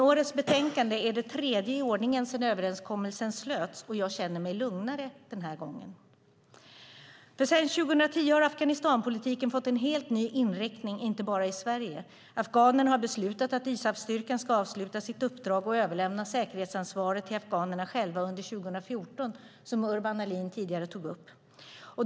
Årets betänkande är det dock tredje i ordningen sedan överenskommelsen slöts, och jag känner mig lugnare den här gången. Sedan 2010 har Afghanistanpolitiken fått en helt ny inriktning, inte bara i Sverige. Afghanerna har beslutat att ISAF-styrkan ska avsluta sitt uppdrag och överlämna säkerhetsansvaret till afghanerna själva under 2014, vilket Urban Ahlin tidigare tog upp.